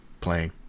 playing